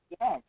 Yes